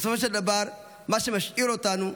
בסופו של דבר מה שמשאיר אותנו,